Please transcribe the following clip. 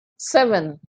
seven